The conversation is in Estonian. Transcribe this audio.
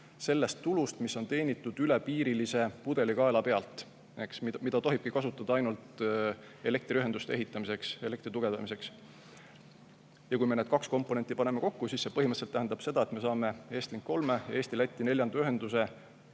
sellest tulust, mis on teenitud ülepiirilise pudelikaela pealt ja mida tohibki kasutada ainult elektriühenduste ehitamiseks, elektri tugevdamiseks. Ja kui me paneme need kaks komponenti kokku, siis see põhimõtteliselt tähendab seda, et me saame Estlink 3 ja Eesti-Läti neljanda ühenduse